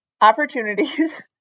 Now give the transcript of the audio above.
opportunities